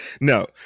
no